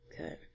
Okay